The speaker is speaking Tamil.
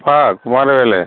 ப்பா குமாரவேலு